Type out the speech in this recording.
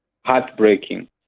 heartbreaking